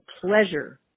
pleasure